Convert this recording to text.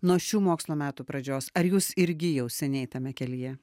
nuo šių mokslo metų pradžios ar jūs irgi jau seniai tame kelyje